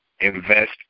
invest